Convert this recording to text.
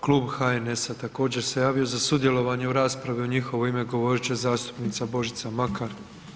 Klub HNS-a također se javio za sudjelovanje u raspravi, u njihovo ime govorit će zastupnica Božica Makar.